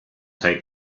take